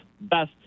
best